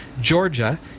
Georgia